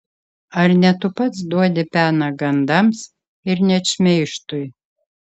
ar ne tu pats duodi peną gandams ir net šmeižtui